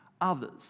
others